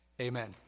Amen